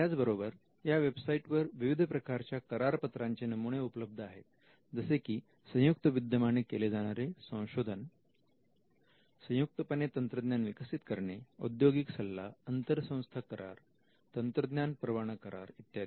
त्याचबरोबर या वेबसाईटवर विविध प्रकारच्या करार पत्राचे नमुने उपलब्ध आहेत जसे की संयुक्त विद्यमाने केले जाणारे संशोधन संयुक्तपणे तंत्रज्ञान विकसित करणे औद्योगिक सल्ला अंतर संस्था करार तंत्रज्ञान परवाना करार इत्यादी